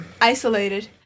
isolated